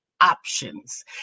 options